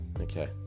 okay